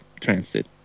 transit